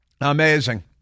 Amazing